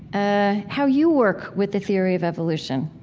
ah, how you work with the theory of evolution,